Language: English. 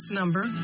number